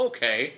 Okay